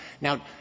Now